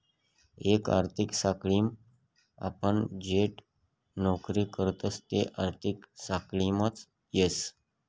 एक आर्थिक साखळीम आपण जठे नौकरी करतस ते आर्थिक साखळीमाच येस